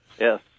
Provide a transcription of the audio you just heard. yes